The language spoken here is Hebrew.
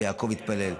ויעקב התפלל.